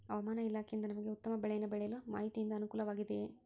ಹವಮಾನ ಇಲಾಖೆಯಿಂದ ನಮಗೆ ಉತ್ತಮ ಬೆಳೆಯನ್ನು ಬೆಳೆಯಲು ಮಾಹಿತಿಯಿಂದ ಅನುಕೂಲವಾಗಿದೆಯೆ?